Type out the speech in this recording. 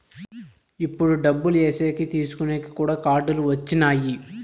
ఇప్పుడు డబ్బులు ఏసేకి తీసుకునేకి కూడా కార్డులు వచ్చినాయి